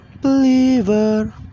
believer